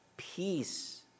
Peace